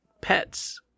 pets